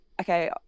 okay